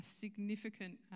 significant